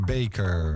Baker